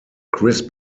chris